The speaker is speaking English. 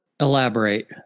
Elaborate